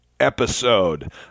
episode